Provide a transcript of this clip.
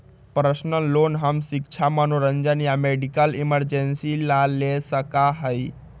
personal loan हम शिक्षा मनोरंजन या मेडिकल इमरजेंसी ला ले सका ही